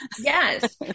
Yes